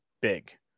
big